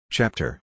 Chapter